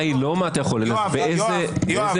היא לא מה אתה יכול אלא באיזה הרכב.